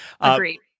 Agreed